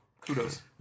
Kudos